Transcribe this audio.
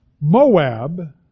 Moab